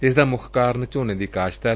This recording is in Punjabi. ਇਸ ਦਾ ਮੁੱਖ ਕਾਰਨ ਝੋਨੇ ਦੀ ਕਾਸ਼ਤ ਏ